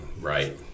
right